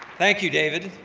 thank you, david,